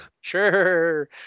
sure